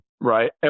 right